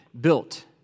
built